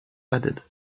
added